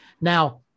Now